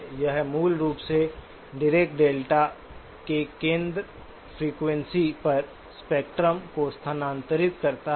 यह मूल रूप से डिराक डेल्टा के केंद्र फ्रीक्वेंसी पर स्पेक्ट्रम को स्थानांतरित करता है